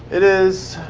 it is